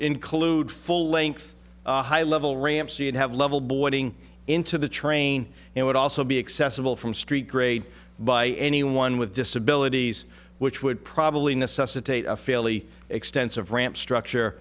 include full length high level ramps and have level boarding into the train and would also be accessible from street grade by anyone with disabilities which would probably necessitate a fairly extensive ramp structure